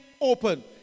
open